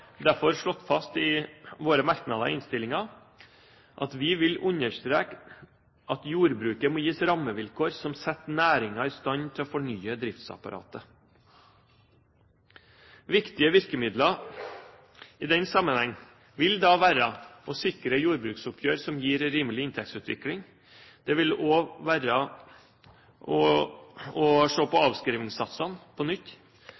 derfor slått fast i våre merknader i innstillingen at vi vil understreke at jordbruket må gis rammevilkår som setter næringen i stand til å fornye driftsapparatet. Viktige virkemidler i den sammenheng vil være å sikre et jordbruksoppgjør som gir en rimelig inntektsutvikling. Det vil også være å se på avskrivningssatsene på nytt,